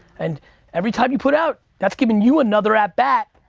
and every time you put out that's giving you another at bat.